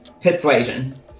persuasion